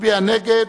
מצביע נגד.